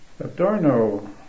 Adorno